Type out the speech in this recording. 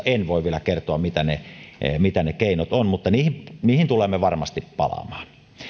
en voi vielä kertoa mitä ne mitä ne keinot ovat mutta niihin niihin tulemme varmasti palaamaan